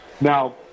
Now